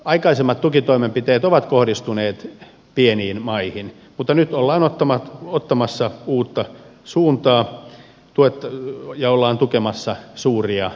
aikaisemmat tukitoimenpiteet ovat kohdistuneet pieniin maihin mutta nyt ollaan ottamassa uutta suuntaa ja ollaan tukemassa suuria jäsenmaita